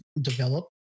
develop